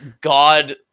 god